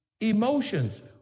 Emotions